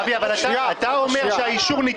אבי, אבי --- אתה לא הולך לשום מקום.